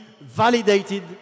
validated